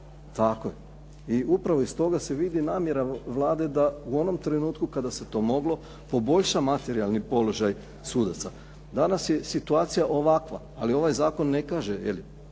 Tako je. I upravo iz toga se vidi namjera Vlade da u onom trenutku kada se to moglo, poboljša materijalni položaj sudaca. Danas je situacija ovakva, ali ovaj zakon ne kaže